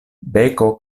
beko